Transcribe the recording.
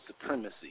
supremacy